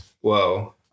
Whoa